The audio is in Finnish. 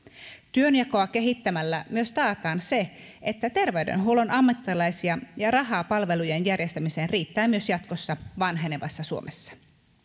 työnjakoa kehittämällä myös taataan se että terveydenhuollon ammattilaisia ja rahaa palvelujen järjestämiseen riittää myös jatkossa vanhenevassa suomessa